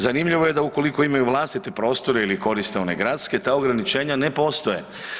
Zanimljivo je da ukoliko imaju vlastite prostore ili koriste one gradske, ta ograničenja ne postoje.